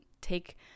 take